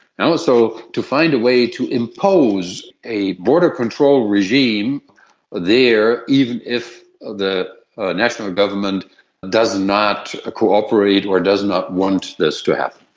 so to find a way to impose a border control regime there, even if the national government does not cooperate or does not want this to happen.